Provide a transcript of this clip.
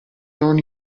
non